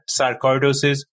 sarcoidosis